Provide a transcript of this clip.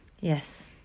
Yes